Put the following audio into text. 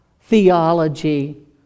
theology